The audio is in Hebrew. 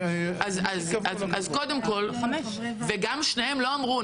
אני --- אז קודם כול, וגם שניהם לא אמרו.